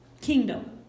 kingdom